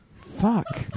Fuck